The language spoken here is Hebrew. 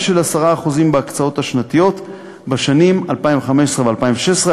של 10% בהקצאות השנתיות בשנים 2015 ו-2016.